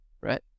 right